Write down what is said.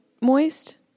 moist